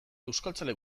euskaltzale